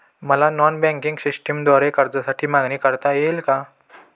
मला non banking सिस्टमद्वारे कर्जासाठी मागणी करता येईल का?